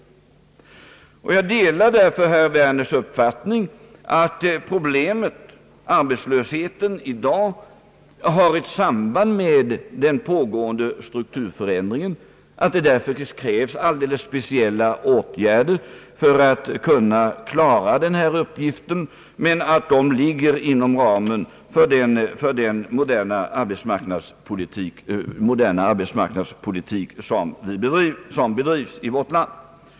Jag delar därför herr Werners uppfattning att arbetslöshetsproblemet i dag har ett samband med den pågående strukturförändringen och att det således krävs alldeles speciella åtgärder för att klara denna uppgift, men att dessa åtgärder ligger inom ramen för den moderna arbetsmarknadspolitik som bedrives i vårt land.